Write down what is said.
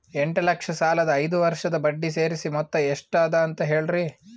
ಎಂಟ ಲಕ್ಷ ಸಾಲದ ಐದು ವರ್ಷದ ಬಡ್ಡಿ ಸೇರಿಸಿ ಮೊತ್ತ ಎಷ್ಟ ಅದ ಅಂತ ಹೇಳರಿ?